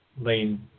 lane